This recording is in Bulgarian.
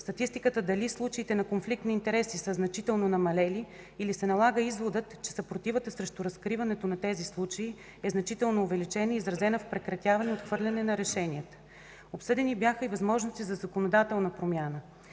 статистиката дали случаите на конфликт на интереси са значително намалели или се налага изводът, че съпротивата срещу разкриването на тези случаи е значително увеличена и изразена в прекратяване и отхвърляне на решенията. Обсъдени бяха и възможности за законодателна промяна.